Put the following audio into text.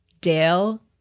Dale